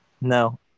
No